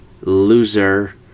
Loser